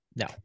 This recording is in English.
no